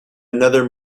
another